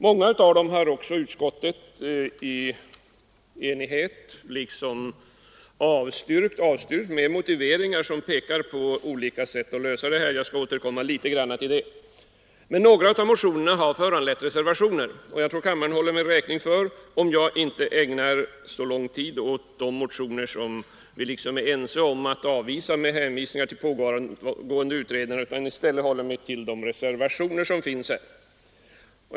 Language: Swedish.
Många av motionerna har utskottet enhälligt avstyrkt med hänvisning till att det pågår arbete för att lösa de problem som tas upp i motionerna — jag skall senare återkomma något till detta. Men några av motionerna har föranlett reservationer, och jag tror att kammaren håller mig räkning för att jag inte ägnar så lång tid åt de motioner som vi är ense om att avvisa med hänvisning till pågående utredningar utan i stället uppehåller mig vid de reservationer som har fogats till utskottets betänkande.